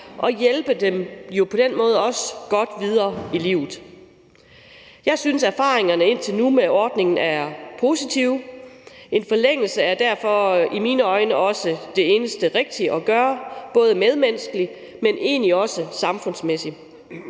og på den måde hjælpe dem godt videre i livet. Jeg synes, at erfaringerne med ordningen indtil nu er positive. En forlængelse er derfor i mine øjne også det eneste rigtige at gøre både medmenneskeligt, men egentlig også samfundsmæssigt.